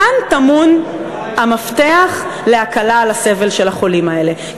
כאן טמון המפתח להקלה על הסבל של החולים האלה.